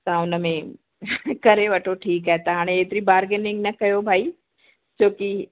तव्हां हुन में करे वठो ठीकु आहे त हाणे एतिरी बार्गिनिंग न कयो भाई छो कि